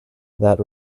that